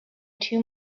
two